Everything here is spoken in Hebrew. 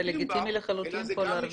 זה לגיטימי לחלוטין פה להרוויח.